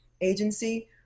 Agency